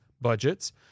budgets